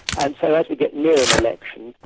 and so as we get near an election,